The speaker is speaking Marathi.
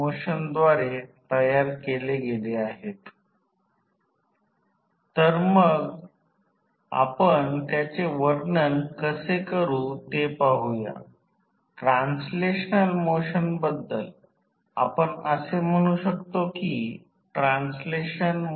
समजा उदाहरणार्थ ही कमी व्होल्टेज बाजू 110 व्होल्टची असल्यास आणि उच्च व्होल्टेज बाजू समजा रोहीत्रमध्ये 2000 व्होल्ट 2 केव्ही असेल तर